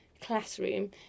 classroom